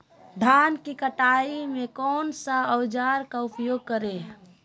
धान की कटाई में कौन सा औजार का उपयोग करे?